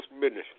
business